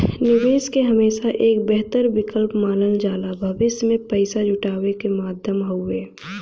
निवेश के हमेशा एक बेहतर विकल्प मानल जाला भविष्य में पैसा जुटावे क माध्यम हउवे